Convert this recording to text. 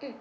mm